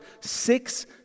six